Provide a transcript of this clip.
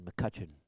McCutcheon